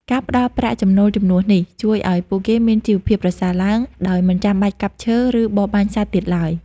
ការផ្តល់ប្រាក់ចំណូលជំនួសនេះ ជួយឱ្យពួកគេមានជីវភាពប្រសើរឡើង ដោយមិនចាំបាច់កាប់ឈើ ឬបរបាញ់សត្វទៀតឡើយ។